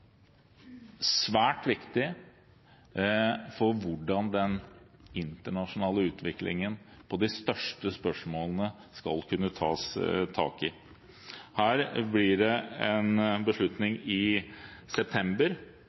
svært viktige for hvordan den internasjonale utviklingen på de største spørsmålene skal kunne tas tak i. Her blir det en beslutning i september,